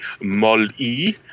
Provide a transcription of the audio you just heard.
MOL-E